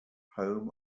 home